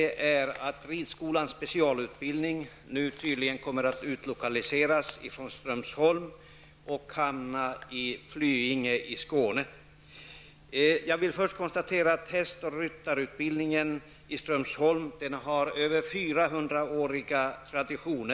Ridskolans specialutbildning kommer nu tydligen att utlokaliseras ifrån Strömsholm och hamna i Flyinge i Skåne. Jag vill först konstatera att hästoch ryttarutbildningen i Strömsholm har en över 400-årig tradition.